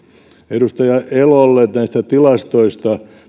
edustaja elolle näistä tilastoista